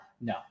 No